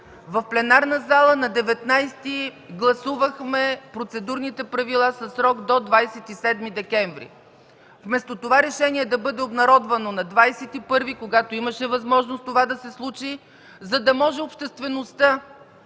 В пленарната зала на 19 декември гласувахме Процедурните правила със срок до 27 декември. Вместо това решение да бъде обнародвано на 21-и, когато имаше възможност това да се случи, за да може обществеността